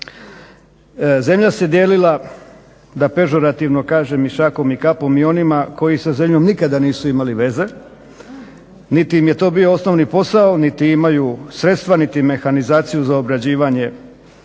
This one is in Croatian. Zemlja se dijelila da pežorativno kažem šakom i kapom onima koji sa zemljom nikada nisu imali veze niti im je to bio osnovni posao niti imaju sredstva niti mehanizaciju za obrađivanje